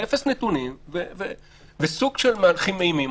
עם אפס נתונים וסוג של מהלכים אימים.